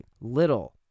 little